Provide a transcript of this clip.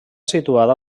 situada